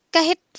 kahit